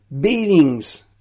beatings